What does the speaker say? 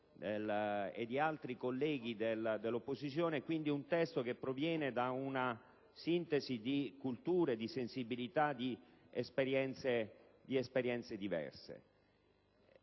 di altri colleghi dell'opposizione. È quindi un testo che proviene da una sintesi di culture, di sensibilità, di esperienze diverse.